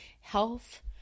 Health